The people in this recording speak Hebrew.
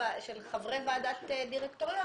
חברי ועדת דירקטוריון,